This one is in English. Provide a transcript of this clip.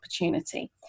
opportunity